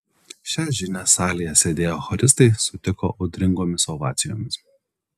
šią žinią salėje sėdėję choristai sutiko audringomis ovacijomis